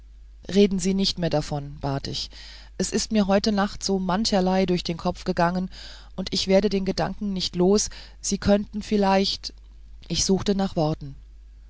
reden sie nicht mehr davon bat ich es ist mir heute nacht so mancherlei durch den kopf gegangen und ich werde den gedanken nicht los sie könnten vielleicht ich suchte nach worten